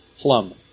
plum